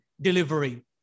delivery